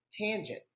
tangent